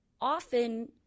often